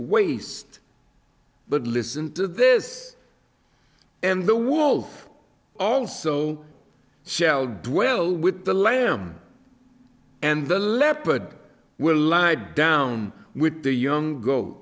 waist but listen to this and the wolf also shelled dwell with the lamb and the leopard will lie down with the young go